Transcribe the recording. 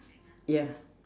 ya